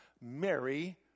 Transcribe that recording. Mary